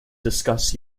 discuss